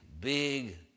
big